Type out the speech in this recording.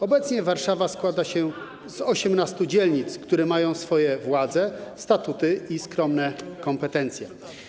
Obecnie Warszawa składa się z 18 dzielnic, które mają swoje władze, statuty i skromne kompetencje.